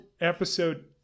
episode